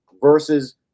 versus